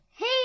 Hey